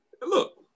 look